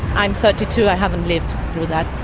i'm thirty two, i haven't lived through that,